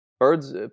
Birds